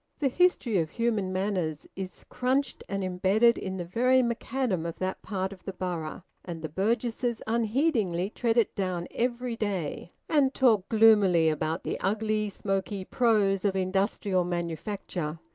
the history of human manners is crunched and embedded in the very macadam of that part of the borough, and the burgesses unheedingly tread it down every day and talk gloomily about the ugly smoky prose of industrial manufacture.